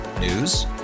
News